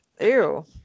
Ew